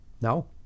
No